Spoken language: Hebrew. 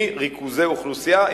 מריכוזי אוכלוסייה.